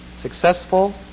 Successful